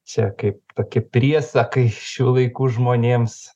čia kaip tokie priesakai šių laikų žmonėms